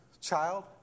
child